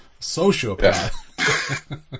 sociopath